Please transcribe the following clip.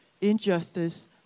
injustice